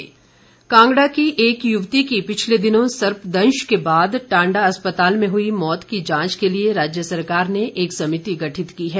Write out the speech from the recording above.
जांच कांगड़ा की एक युवती की पिछले दिनों सर्पदंश के बाद टाण्डा अस्पताल में हई मौत की जांच के लिए राज्य सरकार ने एक समिति गठित की है